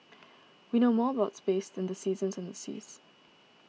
we know more about space than the seasons and the seas